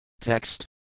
Text